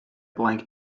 blank